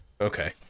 Okay